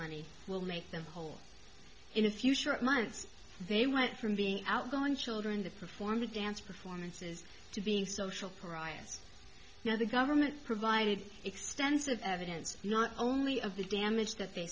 money will make the whole in a few short months they went from being outgoing children the perform the dance performances to being a social pariah now the government provided extensive evidence not only of the damage that they